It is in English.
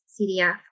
CDF